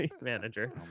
manager